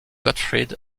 gottfried